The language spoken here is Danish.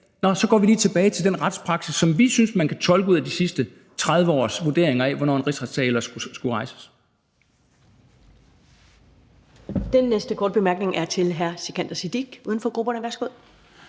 her sag, går vi lige tilbage til den retspraksis, som vi synes man kan tolke ud af de sidste 30 års vurderinger af, hvornår en rigsretssag skal rejses. Kl. 11:18 Første næstformand (Karen Ellemann): Den næste korte bemærkning er til hr. Sikandar Siddique, uden for grupperne. Værsgo.